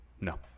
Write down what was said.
No